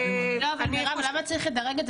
לא, אבל מירב, למה צריך לדרג את זה?